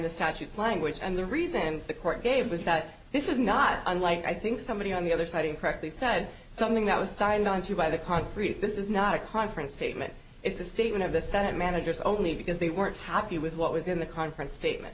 the statutes language and the reason the court gave was that this is not unlike i think somebody on the other side incorrectly said something that was signed onto by the congress this is not a conference statement it's a statement of the senate managers only because they weren't happy with what was in the conference statement